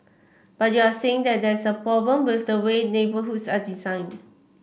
but you're saying that there is a problem with the way neighbourhoods are designed